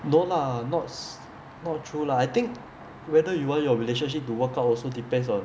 no lah not not true lah I think whether you want your relationship to work out also depends on